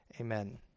amen